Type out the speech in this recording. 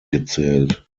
gezählt